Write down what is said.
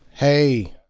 hey.